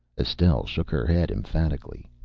estelle shook her head emphatically.